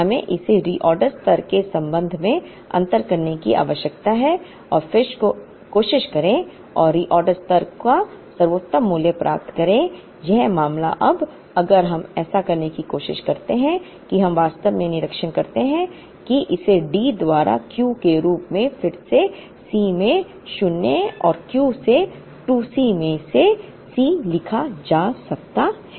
हमें इसे reorder स्तर के संबंध में अंतर करने की आवश्यकता है और फिर कोशिश करें और reorder स्तर का सर्वोत्तम मूल्य प्राप्त करें यह मामला अब अगर हम ऐसा करने की कोशिश करते हैं कि हम वास्तव में निरीक्षण करते हैं कि इसे डी द्वारा क्यू के रूप में फिर से सी में शून्य और क्यू से 2 सी में सी लिखा जा सकता है